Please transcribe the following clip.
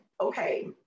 okay